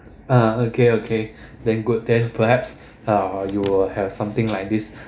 uh okay okay then good then perhaps uh you will have something like this